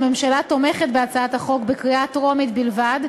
הממשלה תומכת בהצעת החוק בקריאה טרומית בלבד,